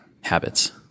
habits